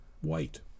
white